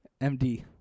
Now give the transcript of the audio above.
MD